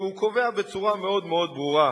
והוא קובע בצורה מאוד מאוד ברורה: